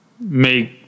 make